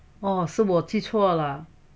哦是我记错了